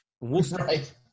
Right